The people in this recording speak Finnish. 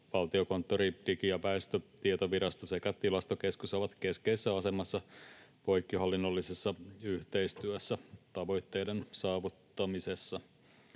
Valtiokonttori, Digi‑ ja väestötietovirasto sekä Tilastokeskus ovat keskeisessä asemassa poikkihallinnollisessa yhteistyössä tavoitteiden saavuttamisessa.